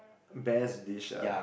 best dish ah